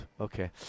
Okay